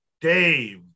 Dave